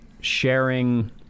sharing